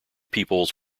peoples